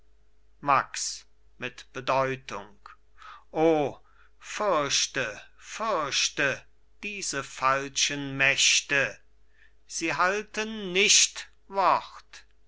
max mit bedeutung o fürchte fürchte diese falschen mächte sie halten nicht wort